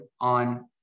on-